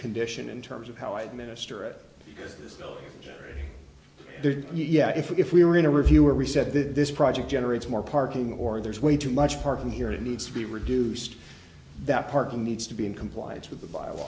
condition in terms of how i administer it yeah if we were in a review where we said this project generates more parking or there's way too much parking here and needs to be reduced that parking needs to be in compliance with the b